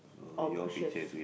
or bushes